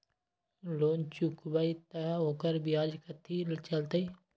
Loan चुकबई त ओकर ब्याज कथि चलतई?